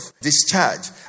discharge